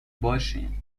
باشین